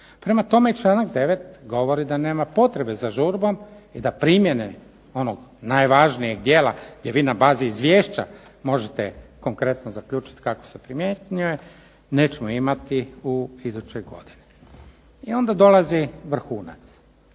Prema tome, članak 9. govori da nema potrebe za žurbom i da primjene onog najvažnijeg dijela gdje vi na bazi izvješća možete konkretno zaključiti kako se primjenjuje nećemo imati u idućoj godini. I onda dolazi vrhunac.